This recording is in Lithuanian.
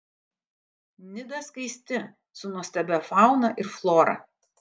nida skaisti su nuostabia fauna ir flora